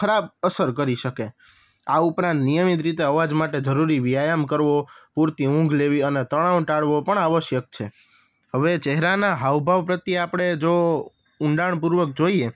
ખરાબ અસર કરી શકે આ ઉપરાંત નિયમિત રીતે અવાજ માટે જરૂરી વ્યાયામ કરવો પૂરતી ઊંઘ લેવી અને તણાવ ટાળવો પણ આવશ્યક છે હવે ચહેરાનાં હાવભાવ પ્રત્યે આપણે જો ઊંડાણપૂર્વક જોઈએ